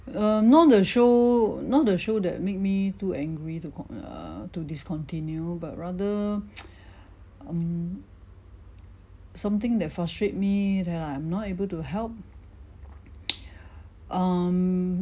err not the show not the show that make me too angry to con~ err to discontinue but rather um something that frustrate me that I'm not able to help um